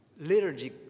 liturgy